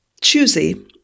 choosy